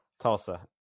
Tulsa